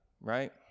right